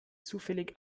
zufällig